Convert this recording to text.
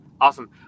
Awesome